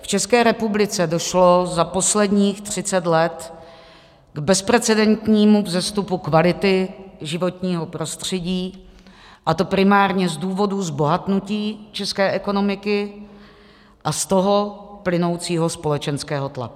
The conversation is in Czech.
V České republice došlo za posledních třicet let k bezprecedentnímu vzestupu kvality životního prostředí, a to primárně z důvodu zbohatnutí české ekonomiky a z toho plynoucího společenského tlaku.